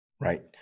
Right